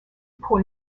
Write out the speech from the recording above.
pour